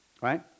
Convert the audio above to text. right